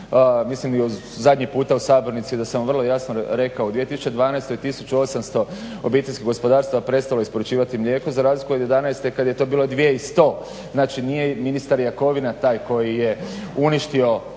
mislim i zadnji puta u sabornici da sam vrlo jasno rekao: U 2012. 1800 obiteljskih gospodarstava prestalo je isporučivati mlijeko, za razliku od 11. kad je to bilo 2100. Znači nije ministar Jakovina taj koji je uništio